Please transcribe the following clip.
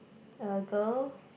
a girl